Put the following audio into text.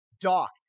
Doc